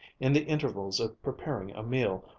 in the intervals of preparing a meal,